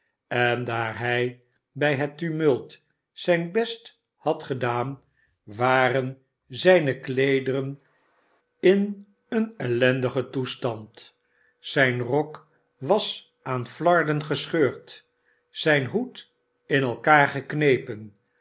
en daar hij bij het tumult zijn best had gedaan waren zijne kleederen in een ellendigen toestand zijn rok was aan flarden gescheurd zijn hoed in elkaar geknepen